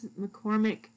McCormick